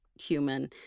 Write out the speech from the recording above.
human